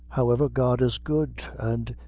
however, god is good, and,